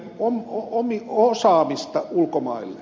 me myymme osaamista ulkomaille